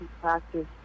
practice